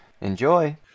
Enjoy